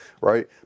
right